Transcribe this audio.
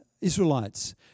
Israelites